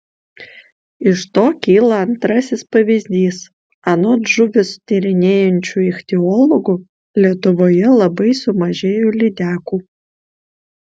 iš to kyla antrasis pavyzdys anot žuvis tyrinėjančių ichtiologų lietuvoje labai sumažėjo lydekų